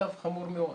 המצב חמור מאוד,